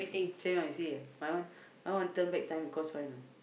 same lah you see my one I want to turn back time because why you know